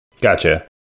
Gotcha